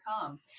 come